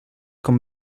com